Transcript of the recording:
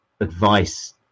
advice